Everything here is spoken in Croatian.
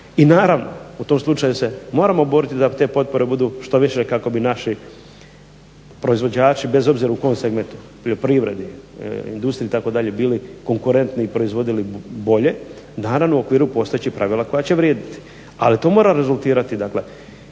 I naravno, u tom slučaju se moramo boriti da te potpore budu što više kako bi naši proizvođači, bez obzira u kom segmentu, poljoprivredi, industriji itd., bili konkurentni i proizvodili bolje, naravno u okviru postojećih pravila koja će vrijediti. Ali to mora rezultirati dakle